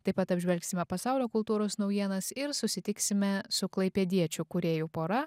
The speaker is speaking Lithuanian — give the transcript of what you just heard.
taip pat apžvelgsime pasaulio kultūros naujienas ir susitiksime su klaipėdiečių kūrėjų pora